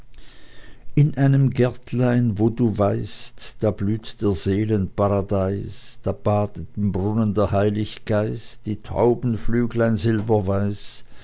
in einem gärtlein wo du weißt da blüht der seelen paradeis da bad't im brunn der heilig geist die taubenflüglein silberweiß